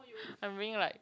I'm being like